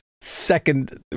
second